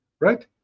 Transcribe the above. right